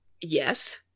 Yes